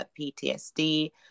PTSD